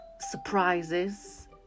surprises